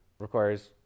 requires